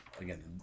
again